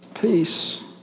Peace